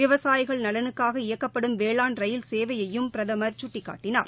விவசாயிகள் நலனுக்காக இயக்கப்படும் வேளாண் ரயில் சேவையையும் பிரதம் சுட்டிக்காட்டினார்